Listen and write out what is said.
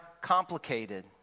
complicated